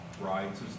rights